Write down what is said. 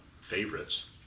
favorites